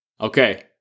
Okay